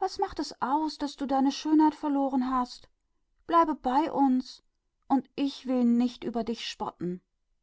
was tut es ob du deine schönheit verloren hast bleibe bei uns und ich will dich